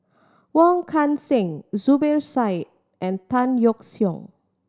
Wong Kan Seng Zubir Said and Tan Yeok Seong